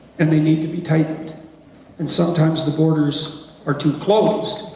and they need to be tightened and sometimes the boarders are too closed,